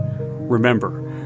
Remember